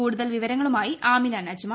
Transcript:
കൂടുതൽ വിവരങ്ങളുമായി ആമിന നജുമ